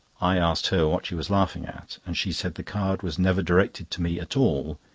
i asked her what she was laughing at, and she said the card was never directed to me at all.